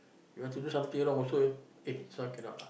you want to do something wrong also eh this one cannot lah